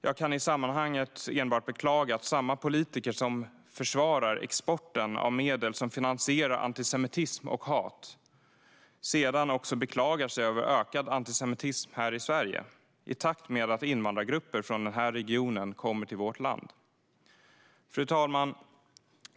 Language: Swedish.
Jag kan i sammanhanget enbart beklaga att samma politiker som försvarar exporten av medel som finansierar antisemitism och hat sedan också beklagar sig över ökad antisemitism i Sverige, i takt med att invandrargrupper från den regionen kommer till vårt land. Fru talman!